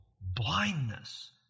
blindness